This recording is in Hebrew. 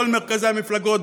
מכל מרכזי המפלגות,